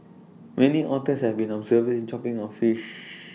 many otters have been observed chomping on fish